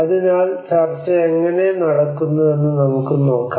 അതിനാൽ ചർച്ച എങ്ങനെ നടക്കുന്നുവെന്ന് നമുക്ക് നോക്കാം